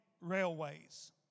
railways